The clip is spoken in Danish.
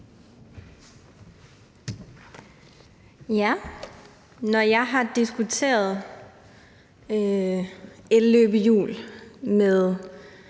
Når jeg har diskuteret elløbehjul med